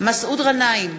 מסעוד גנאים,